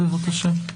בבקשה.